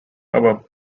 above